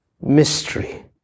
mystery